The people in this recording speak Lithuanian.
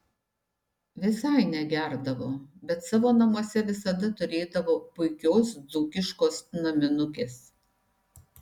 visai negerdavo bet savo namuose visada turėdavo puikios dzūkiškos naminukės